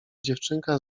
dziewczynka